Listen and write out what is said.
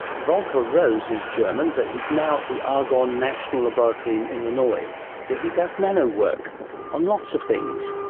volker rose is german but is now at the argonne national laboratory in illinois where he does nano work on lots of things,